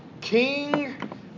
King